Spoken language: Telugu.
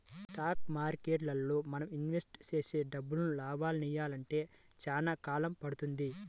స్టాక్ మార్కెట్టులో మనం ఇన్వెస్ట్ చేసే డబ్బులు లాభాలనియ్యాలంటే చానా కాలం పడుతుంది